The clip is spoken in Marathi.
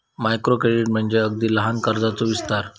मायक्रो क्रेडिट म्हणजे अगदी लहान कर्जाचो विस्तार